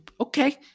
okay